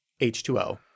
H2O